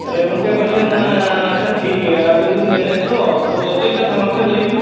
ᱟᱨᱮ ᱜᱚᱢᱠᱮ ᱯᱟᱪᱷᱮᱫ ᱟᱪᱪᱷᱟ ᱴᱷᱤᱠ ᱜᱮᱭᱟ ᱟᱹᱵᱤᱱ ᱵᱤᱱ ᱢᱮᱱᱮᱜ ᱫᱚ ᱪᱮᱫ ᱠᱟᱛᱷᱟ ᱢᱟᱥᱮ ᱞᱟᱹᱭ ᱵᱤᱱ